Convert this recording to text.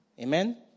Amen